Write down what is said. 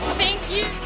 thank you!